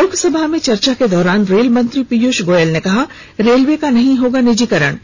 लोकसभा में चर्चा के दौरान रेल मंत्री पीयूष गोयल ने कहा रेलवे का नहीं होगा निजीकरण